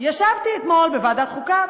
ישבתי אתמול בוועדת החוקה,